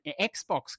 Xbox